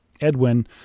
Edwin